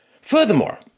Furthermore